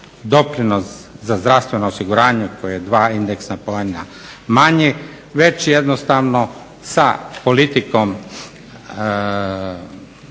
doprinos za zdravstveno osiguranje koje je dva indeksa … manji već jednostavno sa politikom